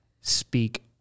speak